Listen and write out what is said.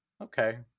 okay